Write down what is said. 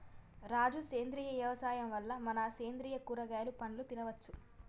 రాజు సేంద్రియ యవసాయం వల్ల మనం సేంద్రియ కూరగాయలు పండ్లు తినచ్చు